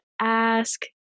ask